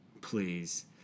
please